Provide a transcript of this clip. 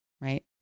Right